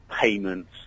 payments